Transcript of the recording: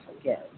again